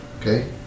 Okay